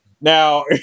Now